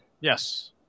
Yes